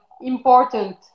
important